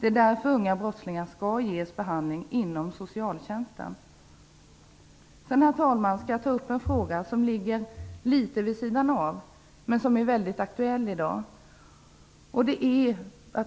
Det är därför som unga brottslingar skall ges behandling inom socialtjänsten. Herr talman! Jag skall sedan ta upp en fråga som ligger litet vid sidan av men som är väldigt aktuell i dag.